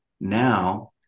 Now